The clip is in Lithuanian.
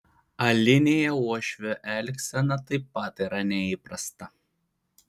alinėje uošvio elgsena taip pat yra neįprasta